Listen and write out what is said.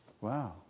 Wow